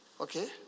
Okay